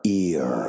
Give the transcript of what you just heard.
ear